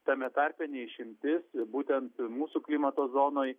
tame tarpe ne išimtis būtent mūsų klimato zonoj